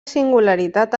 singularitat